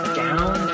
down